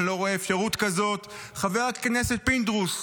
אני לא רואה אפשרות כזאת, חבר הכנסת פינדרוס: